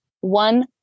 one